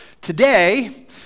Today